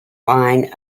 line